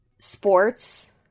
sports